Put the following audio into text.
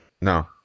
No